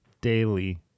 daily